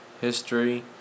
history